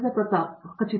ಪ್ರತಾಪ್ ಹರಿಡೋಸ್ ಹೌದು ಖಚಿತ